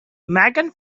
megan